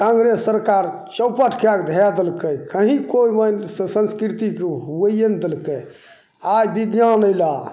कांँग्रेस सरकार चौपट कै के धै देलकै कहीँ कोइ मेन संस्कृति को होइए नहि देलकै आइ विज्ञान अएला